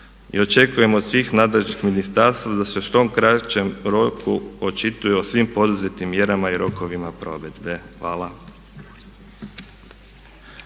I očekujemo od svih nadležnih ministarstava da se u što kraćem roku očituju o svim poduzetim mjerama i rokovima provedbe. Hvala.